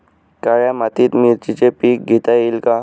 काळ्या मातीत मिरचीचे पीक घेता येईल का?